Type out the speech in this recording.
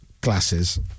glasses